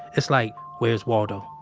it's like where's waldo?